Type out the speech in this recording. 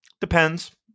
depends